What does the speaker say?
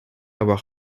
avoir